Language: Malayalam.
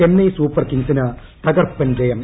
ചെന്നൈ സൂപ്പർ കിങ്സിന് തകർപ്പൻ ജയം